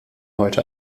heute